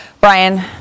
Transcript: Brian